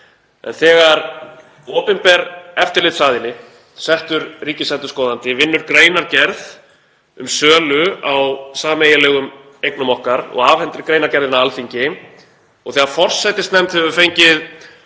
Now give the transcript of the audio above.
Þegar opinber eftirlitsaðili, settur ríkisendurskoðandi, vinnur greinargerð um sölu á sameiginlegum eignum okkar og afhendir greinargerðina Alþingi og þegar forsætisnefnd hefur fengið